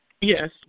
Yes